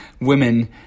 women